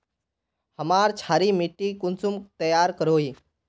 हमार क्षारी मिट्टी कुंसम तैयार करोही?